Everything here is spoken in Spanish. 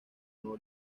nuevo